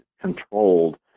controlled